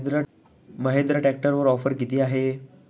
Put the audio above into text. महिंद्रा ट्रॅक्टरवर ऑफर किती आहे?